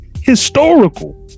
historical